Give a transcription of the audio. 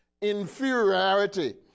inferiority